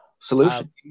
solution